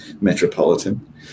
metropolitan